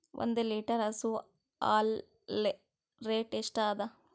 ಒಂದ್ ಲೀಟರ್ ಹಸು ಹಾಲ್ ರೇಟ್ ಎಷ್ಟ ಅದ?